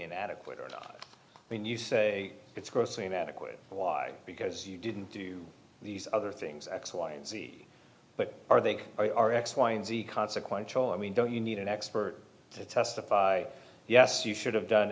inadequate and when you say it's grossly inadequate why because you didn't do these other things x y and z but are they are x y and z consequential i mean don't you need an expert to testify yes you should have done